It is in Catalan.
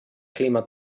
clima